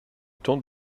temps